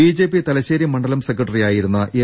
BJP Thalassery മണ്ഡലം സെക്രട്ടറിയായിരുന്ന M